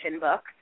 books